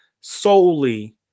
solely